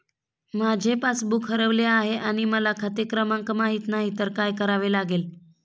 माझे पासबूक हरवले आहे आणि मला खाते क्रमांक माहित नाही तर काय करावे लागेल?